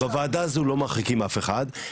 בוועדה הזו לא מרחיקים אף אחד,